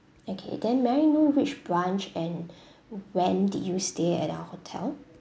okay then may I know which branch and when did you stay at our hotel